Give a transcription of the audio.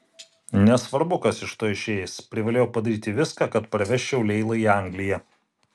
nesvarbu kas iš to išeis privalėjau padaryti viską kad parvežčiau leilą į angliją